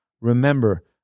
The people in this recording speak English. remember